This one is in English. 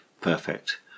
perfect